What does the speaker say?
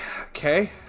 okay